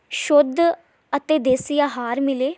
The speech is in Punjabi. ਸ਼ੁੱਧ ਅਤੇ ਦੇਸੀ ਆਹਾਰ ਮਿਲੇ